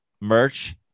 merch